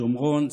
שומרון,